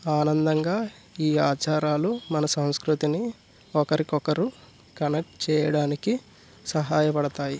ఆనందంగా ఈ ఆచారాలు మన సంస్కృతిని ఒకరికి ఒకరు కనెక్ట్ చేయడానికి సహాయపడతాయి